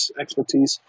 expertise